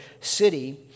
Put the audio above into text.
city